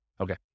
Okay